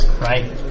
Right